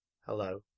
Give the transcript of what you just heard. Hello